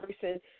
person